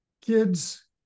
kids